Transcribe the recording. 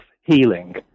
Healing